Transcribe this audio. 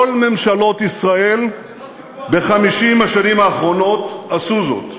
כל ממשלות ישראל ב-50 השנים האחרונות עשו זאת,